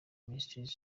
minister